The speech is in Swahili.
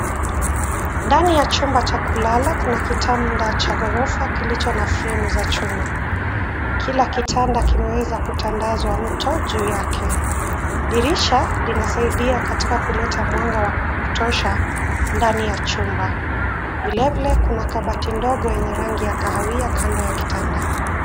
Ndani ya chumba cha kulala kuna kitanda cha ghorofa kilicho na fremu za chuma. Kila kitanda kimeweza kutandazwa mto juu yake. Dirisha linasaidia katika kuleta mwanga wa kutosha ndani ya chumba. Vilevile kuna kabati ndogo yenye rangi ya kahawia kando ya kitanda.